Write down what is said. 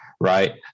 right